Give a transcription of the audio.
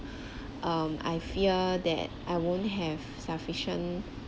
um I fear that I won't have sufficient